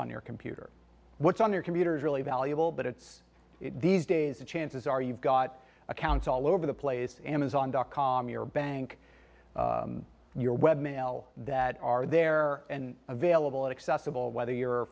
on your computer what's on your computers really valuable but it's these days the chances are you've got accounts all over the place amazon dot com your bank your web mail that are there and available accessible whether you're